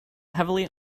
heavily